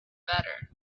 better